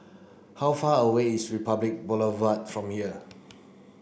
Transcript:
how far away is Republic Boulevard from here